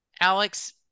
alex